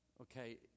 Okay